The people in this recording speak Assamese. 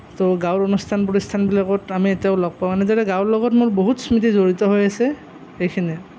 তো গাঁৱৰ অনুষ্ঠান প্ৰতিষ্ঠানবিলাকত আমি এতিয়াও লগ পাওঁ এনেদৰে গাঁৱৰ লগত মোৰ বহুত স্মৃতি জড়িত হৈ আছে সেইখিনিয়ে